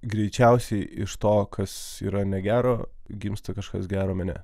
greičiausiai iš to kas yra negero gimsta kažkas gero mene